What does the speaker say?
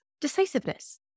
decisiveness